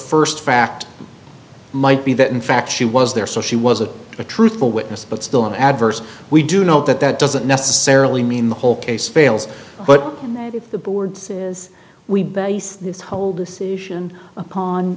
first fact might be that in fact she was there so she was a truthful witness but still an adverse we do know that that doesn't necessarily mean the whole case fails but in that if the board says we base this whole decision upon